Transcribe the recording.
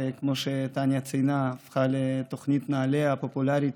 שכמו שטניה ציינה הפכה לתוכנית נעל"ה הפופולרית,